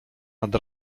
nad